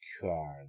card